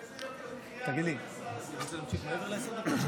איזה יוקר מחיה, עלה ב-25%.